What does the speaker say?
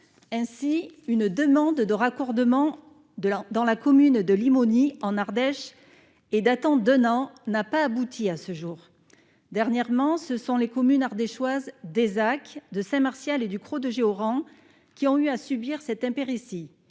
ainsi une demande de raccordement de l'dans la commune de l'ironie en Ardèche et datant de n'en n'a pas abouti à ce jour, dernièrement, ce sont les communes ardéchoise, des attaques de Saint Martial et du croc de qui ont eu à subir cette impéritie